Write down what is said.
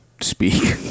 speak